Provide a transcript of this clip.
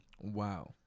Wow